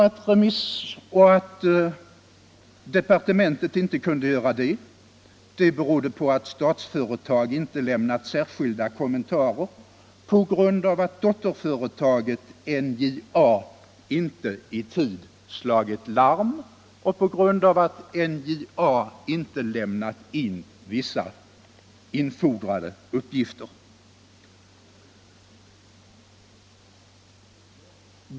Att departementet inte kunde göra det berodde på att Statsföretag inte lämnat särskilda kommentarer på grund av att dotterföretaget NJA inte i tid slagit larm och inte lämnat in vissa infordrade uppgifter.